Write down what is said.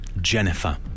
Jennifer